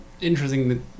interesting